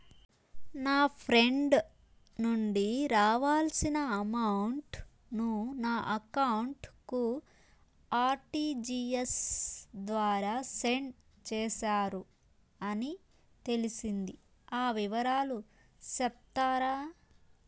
నా ఫ్రెండ్ నుండి రావాల్సిన అమౌంట్ ను నా అకౌంట్ కు ఆర్టిజియస్ ద్వారా సెండ్ చేశారు అని తెలిసింది, ఆ వివరాలు సెప్తారా?